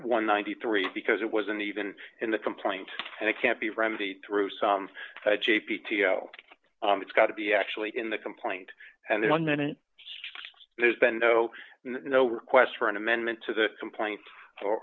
and ninety three because it wasn't even in the complaint and it can't be remedied through some a p t o it's got to be actually in the complaint and the one minute there's been no no request for an amendment to the complaint or